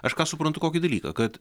aš suprantu kokį dalyką kad